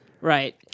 Right